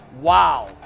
wow